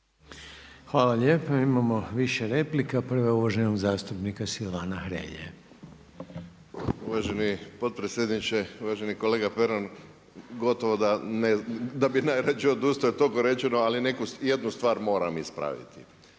Hvala lijepa. Imamo više replika, prva je uvaženog zastupnika Silvana Hrelje. **Hrelja, Silvano (HSU)** Uvaženi potpredsjedniče, uvaženi kolega Pernar. Gotovo da bi najradije odustao jer je toliko rečeno, ali jednu stvar moram ispraviti.